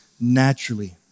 naturally